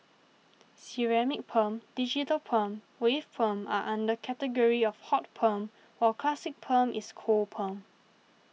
ceramic perm digital perm wave perm are under category of hot perm while classic perm is cold perm